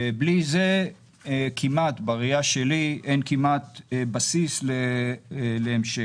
בלי זה, בראייה שלי, אין כמעט בסיס להמשך.